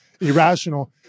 irrational